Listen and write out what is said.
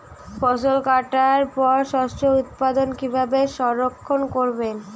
ফসল কাটার পর শস্য উৎপাদন কিভাবে সংরক্ষণ করবেন?